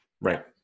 Right